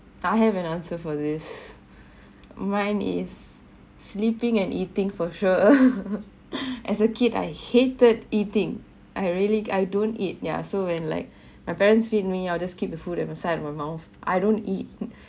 I have an answer for this mine is sleeping and eating for sure as a kid I hated eating I really I don't eat ya so when like my parents feed me I'll just keep the food inside my mouth I don't eat